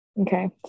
Okay